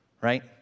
right